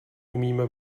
umíme